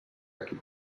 aquí